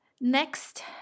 Next